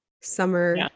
summer